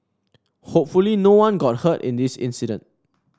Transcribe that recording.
hopefully no one got hurt in this incident